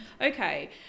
okay